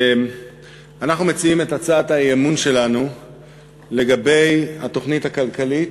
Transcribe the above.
אנחנו מציעים את הצעת האי-אמון שלנו לגבי התוכנית הכלכלית,